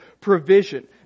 provision